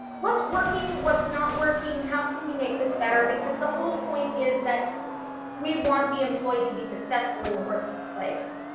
what's working what's not working? how can we make this better? because the whole point is that we want the employee to be successful in the workplace.